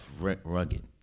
rugged